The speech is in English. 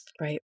Right